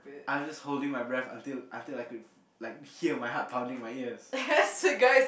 I was just holding my breath until until I could like hear my heart pounding my ears